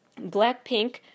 Blackpink